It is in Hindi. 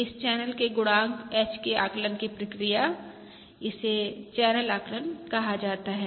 इस चैनल के गुणांक H के आकलन की प्रक्रिया इसे चैनल आकलन कहा जाता है